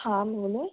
हाँ बोलो